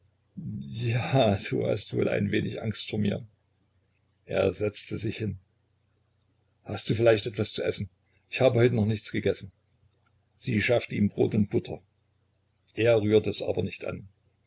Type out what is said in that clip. ja du hast wohl ein wenig angst vor mir er setzte sich hin hast du vielleicht etwas zu essen ich habe heute noch nichts gegessen sie schaffte ihm brot und butter er rührte es aber nicht an